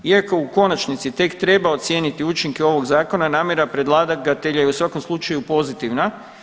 Iako u konačnici tek treba ocijeniti učinke ovog zakona namjera predlagatelja je u svakom slučaju pozitivna.